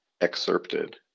excerpted